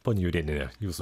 ponia jurėniene jūsų